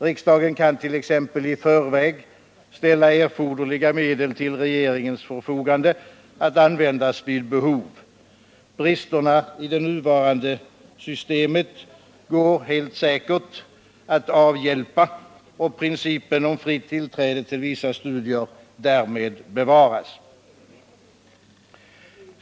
Riksdagen kan t.ex. i förväg ställa erforderliga medel till regeringens förfogande — att användas vid behov. Bristerna i det nuvarande systemet går helt säkert att avhjälpa och principen om fritt tillträde till vissa studier därmed bevaras.